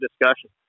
discussion